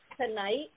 tonight